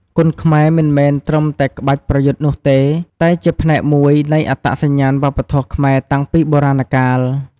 គុនខ្មែរមិនមែនត្រឹមតែក្បាច់ប្រយុទ្ធនោះទេ តែជាផ្នែកមួយនៃអត្តសញ្ញាណវប្បធម៌ខ្មែរតាំងពីបុរាណកាល។